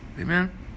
Amen